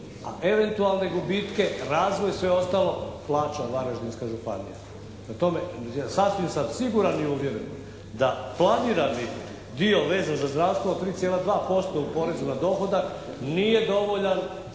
a eventualne gubitke, razvoj i sve ostalo plaća Varaždinska županija. Prema tome, sasvim sam siguran i uvjeren da planirani dio vezan za zdravstvo od 3,2% u porezu na dohodak nije dovoljan